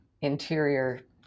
interior